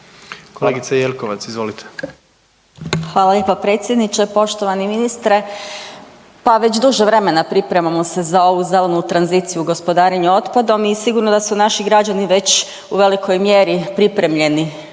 **Jelkovac, Marija (HDZ)** Hvala lijepa predsjedniče. Poštovani ministre, pa već duže vremena pripremamo se za ovu zelenu tranziciju gospodarenja otpadom i sigurno da su naši građani već u velikoj mjeri pripremljeni